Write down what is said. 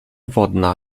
wodna